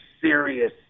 serious